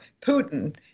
Putin